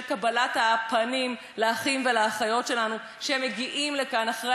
של קבלת הפנים לאחים ולאחיות שלנו שמגיעים לכאן אחרי